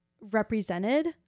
represented